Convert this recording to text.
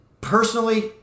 Personally